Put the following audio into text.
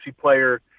player